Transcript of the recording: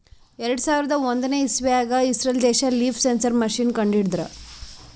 ಎರಡು ಸಾವಿರದ್ ಒಂದನೇ ಇಸವ್ಯಾಗ್ ಇಸ್ರೇಲ್ ದೇಶ್ ಲೀಫ್ ಸೆನ್ಸರ್ ಮಷೀನ್ ಕಂಡು ಹಿಡದ್ರ